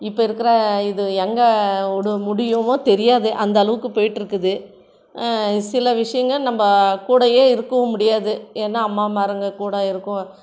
இப்போ இருக்கிற இது எங்கள் உடு முடியுமோ தெரியாது அந்தளவுக்கு போயிகிட்ருக்குது சில விஷயங்க நம்ப கூடயே இருக்கவும் முடியாது ஏன்னா அம்மாமாருங்கள் கூட இருக்கும்